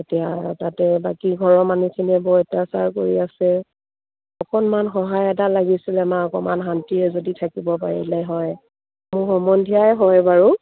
এতিয়া তাতে বাকী ঘৰৰ মানুহখিনিয়ে বৰ অত্যাচাৰ কৰি আছে অকণমান সহায় এটা লাগিছিলে মা অকমান শান্তিৰে যদি থাকিব পাৰিলে হয় মোৰ সম্বন্ধীয়াই হয় বাৰু